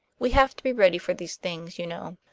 we have to be ready for these things, you know.